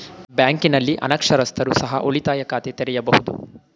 ಬ್ಯಾಂಕಿನಲ್ಲಿ ಅನಕ್ಷರಸ್ಥರು ಸಹ ಉಳಿತಾಯ ಖಾತೆ ತೆರೆಯಬಹುದು?